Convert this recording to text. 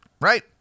right